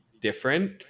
different